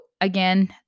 again